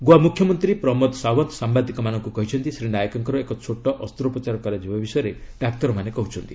ଗୋଆ ମୁଖ୍ୟମନ୍ତ୍ରୀ ପ୍ରମୋଦ ସାଓ୍ୱନ୍ତ ସାମ୍ବାଦିକମାନଙ୍କୁ କହିଛନ୍ତି ଶ୍ରୀ ନାଏକଙ୍କର ଏକ ଛୋଟ ଅସ୍ତ୍ରୋପଚାର କରାଯିବା ବିଷୟରେ ଡାକ୍ତରମାନେ କହୁଛନ୍ତି